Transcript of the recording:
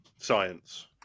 science